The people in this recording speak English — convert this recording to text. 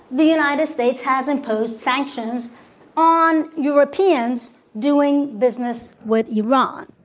the united states has imposed sanctions on europeans doing business with iran.